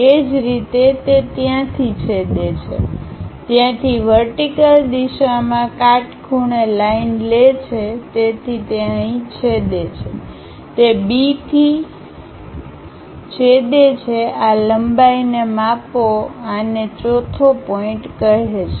એ જ રીતે તે ત્યાંથી છેદે છે ત્યાંથી વર્ટિકલ દિશામાં કાટખૂણે લાઈન લે છે તેથી તે અહીં છેદે છે તે B થી આ છેદે છેદે છે આ લંબાઈને માપો આ ને ચોથો પોઇન્ટ કહે છે